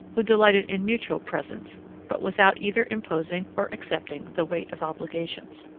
who delighted in mutual presents but without either imposing, or accepting, the weight of obligations.